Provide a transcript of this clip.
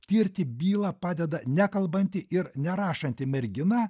tirti bylą padeda nekalbanti ir nerašanti mergina